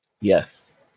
Yes